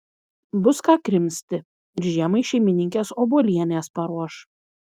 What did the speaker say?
bus ką krimsti ir žiemai šeimininkės obuolienės paruoš